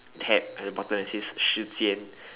tab at the bottom it says 时间